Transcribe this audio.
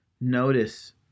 Notice